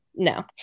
No